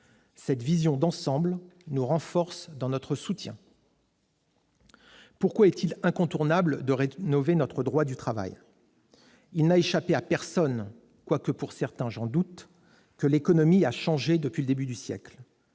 Cette vision d'ensemble conforte notre soutien. Pourquoi est-il incontournable de rénover notre droit du travail ? Il n'a échappé à personne- quoique, pour certains, j'en doute ! -que l'économie a changé depuis le tournant du siècle.